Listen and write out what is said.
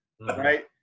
right